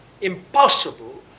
impossible